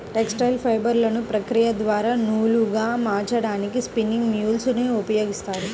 textile ఫైబర్లను ప్రక్రియ ద్వారా నూలులాగా మార్చడానికి స్పిన్నింగ్ మ్యూల్ ని ఉపయోగిస్తారు